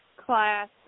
Class